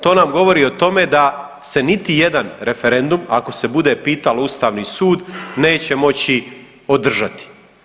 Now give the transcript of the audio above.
To nam govori o tome da se niti jedan referendum, ako se bude pitalo Ustavni sud neće moći održati.